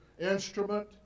instrument